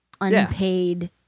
unpaid